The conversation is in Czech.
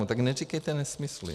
Tak neříkejte nesmysly!